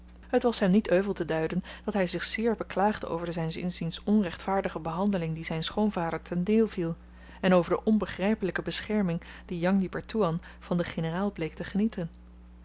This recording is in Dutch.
het was hem niet euvel te duiden dat hy zich zeer beklaagde over de zyns inziens onrechtvaardige behandeling die zyn schoonvader ten deel viel en over de onbegrypelyke bescherming die jang di pertoean van den generaal bleek te genieten